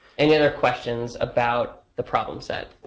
any other questions about the problem set?